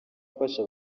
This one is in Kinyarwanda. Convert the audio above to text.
gufasha